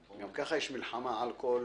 גם ככה יש מלחמה על כל